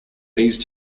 these